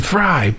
Fry